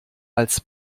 als